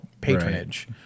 patronage